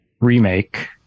remake